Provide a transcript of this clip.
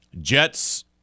Jets